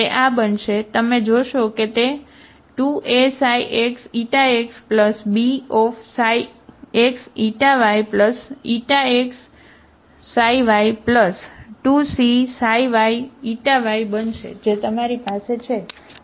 તે આ બનશે તમે જોશો કે તે 2A ξxxB ξxyx ξy 2C ξyy બનશે જે તમારી પાસે છે બરાબર